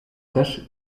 też